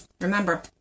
remember